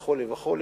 וכו' וכו',